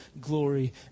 glory